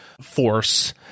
force